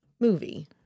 movie